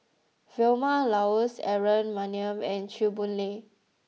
Vilma Laus Aaron Maniam and Chew Boon Lay